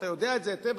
אתה יודע את זה היטב,